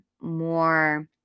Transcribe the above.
more